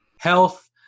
health